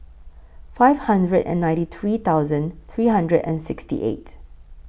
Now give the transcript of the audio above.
five hundred and ninety three thousand three hundred and sixty eight